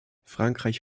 frankreich